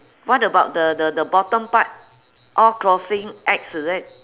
what about the the the bottom part all crossing X is it